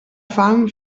fam